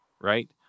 right